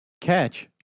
Catch